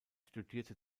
studierte